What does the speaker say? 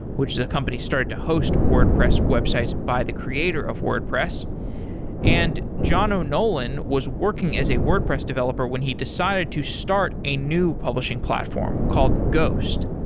which is a company started to host wordpress websites by the creator of wordpress and john o'nolan was working as a wordpress developer when he decided to start a new publishing platform called ghost.